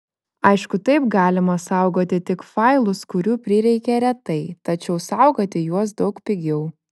aišku taip galima saugoti tik failus kurių prireikia retai tačiau saugoti juos daug pigiau